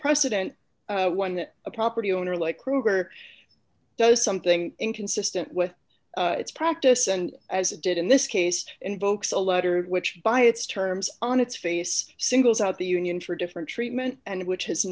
president one that a property owner like kroger does something inconsistent with its practice and as it did in this case invokes a letter which by its terms on its face singles out the union for different treatment and which has